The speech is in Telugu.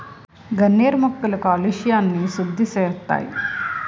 గన్నేరు మొక్కలు కాలుష్యంని సుద్దిసేస్తాయి